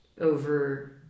over